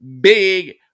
big